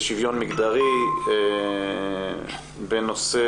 אני שמח לפתוח את ישיבת הוועדה לקידום מעמד האישה ושוויון מגדרי בנושא